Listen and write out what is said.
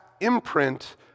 imprint